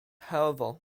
however